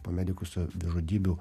po medikų savižudybių